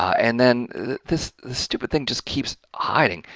and then this stupid thing just keeps hiding.